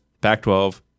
pac-12